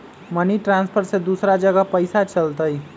Money transfer से दूसरा जगह पईसा चलतई?